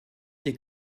des